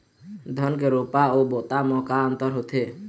धन के रोपा अऊ बोता म का अंतर होथे?